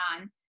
on